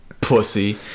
pussy